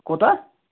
کوتاہ